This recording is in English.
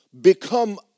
become